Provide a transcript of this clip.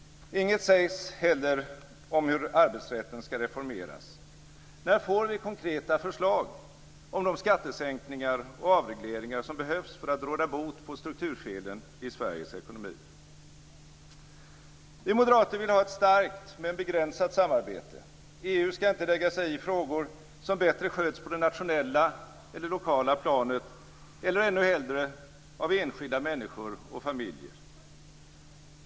Inget sägs heller om hur arbetsrätten skall reformeras. När får vi konkreta förslag om de skattesänkningar och avregleringar som behövs för att råda bot på strukturfelen i Sveriges ekonomi? Vi moderater vill ha ett starkt men begränsat samarbete. EU skall inte lägga sig i frågor som bättre sköts på det nationella eller lokala planet eller - ännu hellre - av enskilda människor och familjer.